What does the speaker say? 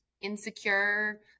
insecure